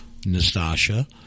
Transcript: Nastasha